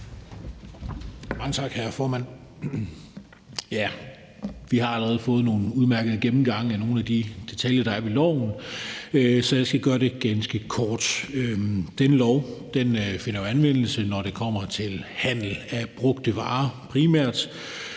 (LA): Tak, hr. formand. Vi har allerede fået nogle udmærkede gennemgange af nogle af de detaljer, der er ved loven, så jeg skal gøre det ganske kort. Den her lov finder anvendelse, når det kommer til handel med brugte varer, primært,